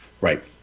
Right